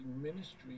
ministry